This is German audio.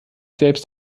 selbst